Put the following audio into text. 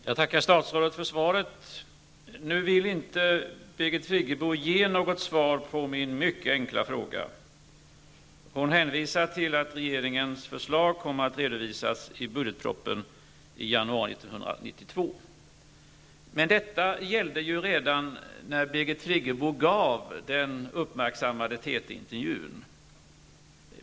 Herr talman! Jag tackar statsrådet för svaret. Nu vill Birgit Friggebo inte ge något svar på min mycket enkla fråga. Hon hänvisar till att regeringens förslag kommer att redovisas i bugetpropositionen i januari 1992. Men detta gällde ju redan när Birgit Friggebo gav den uppmärksammade TT-intervjun.